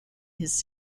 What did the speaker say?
his